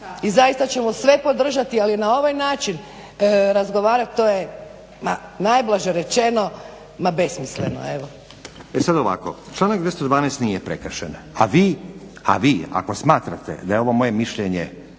i zaista ćemo sve podržati, ali na ovaj način razgovarati to je ma najblaže rečeno ma besmisleno, evo. **Stazić, Nenad (SDP)** E sad ovako članak 212. nije prekršen, a vi ako smatrate da je ovo moje mišljenje